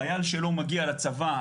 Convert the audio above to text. חייל שלא מגיע לצבא,